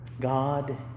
God